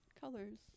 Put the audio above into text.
colors